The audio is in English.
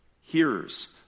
hearers